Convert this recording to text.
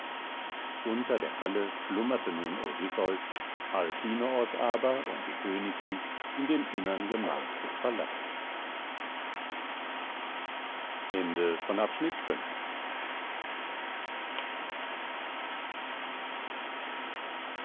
unter der halle schlummerte nun odysseus alkinoos aber und die königin in dem innern gemach des palastes